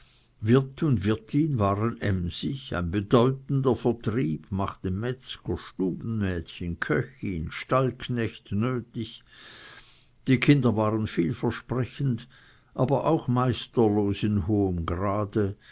wirt und wirtin waren emsig ein bedeutender vertrieb machte metzger stubenmädchen köchin stallknecht nötig die kinder waren vielversprechend aber auch meisterlos in hohem grade